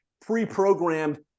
pre-programmed